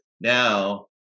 Now